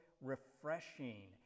refreshing